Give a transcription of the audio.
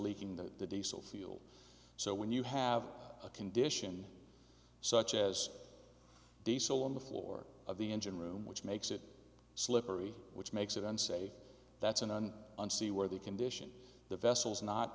leaking the diesel fuel so when you have a condition such as diesel on the floor of the engine room which makes it slippery which makes it unsafe that's an on and see where the condition of the vessels not